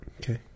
Okay